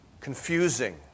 Confusing